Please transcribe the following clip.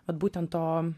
vat būtent to